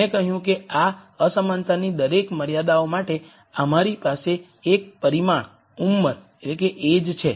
મેં કહ્યું કે આ અસમાનતાની દરેક મર્યાદાઓ માટે અમારી પાસે એક પરિમાણ "ઉંમર"age" છે